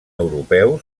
europeu